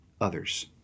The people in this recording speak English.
others